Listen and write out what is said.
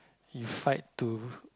you fight to